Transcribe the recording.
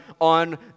on